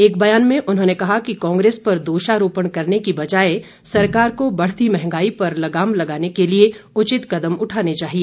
एक बयान में उन्होंने कहा कि कांग्रेस पर दोषारोपण करने की बजाय सरकार को बढ़ती मंहगाई पर लगाम लगाने के लिए उचित कदम उठाने चाहिए